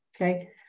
okay